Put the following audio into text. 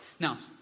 Now